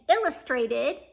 illustrated